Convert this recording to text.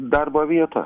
darbo vietos